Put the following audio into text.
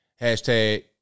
Hashtag